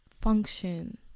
function